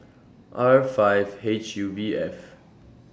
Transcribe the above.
R five H U V F